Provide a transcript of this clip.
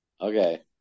Okay